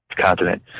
continent